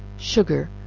sugar,